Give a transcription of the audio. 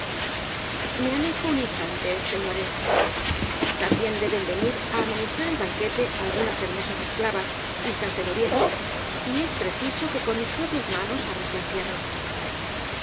me alejo por un instante señores también deben venir á amenizar el banquete algunas hermosas esclavas hijas del oriente y es preciso que con mis propias manos abra su encierro